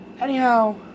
Anyhow